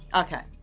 okay.